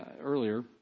earlier